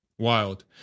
Wild